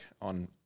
on